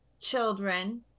children